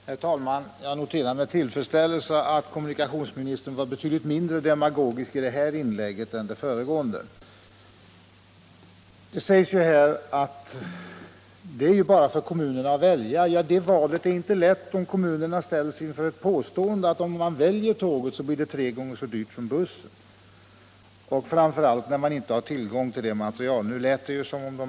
Herr talman! Jag noterar med tillfredsställelse att kommunikationsministern var betydligt mindre demagogisk i det här inlägget än i det föregående. Det sägs att det bara är för kommunerna att välja. Men det valet blir inte så lätt när kommunerna ställs inför påståendet att det blir tre gånger dyrare om man väljer tåg i stället för buss — framför allt när de inte har tillgång till det material som SJ:s kalkyler är baserade på.